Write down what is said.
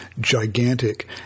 gigantic